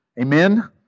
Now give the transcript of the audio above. Amen